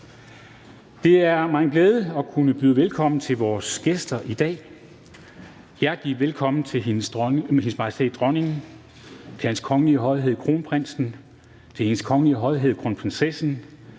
Det er mig en glæde at kunne byde velkommen til vores gæster i dag. Hjertelig velkommen til Hendes Majestæt Dronningen, til Hans Kongelige Højhed Kronprinsen, til Hendes Kongelige Højhed Kronprinsessen